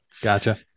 gotcha